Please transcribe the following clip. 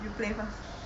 you play first